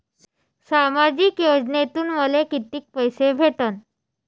सामाजिक योजनेतून मले कितीक पैसे भेटन?